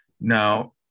Now